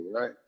right